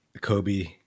Kobe